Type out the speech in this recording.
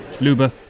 Luba